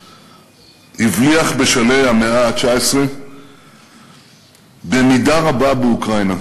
הבליח בשלהי המאה ה-19 במידה רבה באוקראינה.